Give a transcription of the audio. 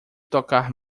tocar